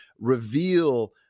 reveal –